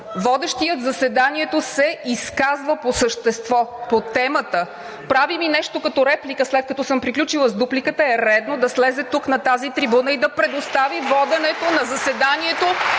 водещият заседанието се изказва по същество по темата, прави ми нещо като реплика, след като съм приключила с дупликата, е редно да слезе на тази трибуна и да предостави воденето на заседанието